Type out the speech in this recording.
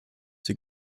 sie